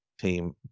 team